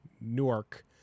Newark